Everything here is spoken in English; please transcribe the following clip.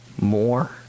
More